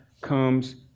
comes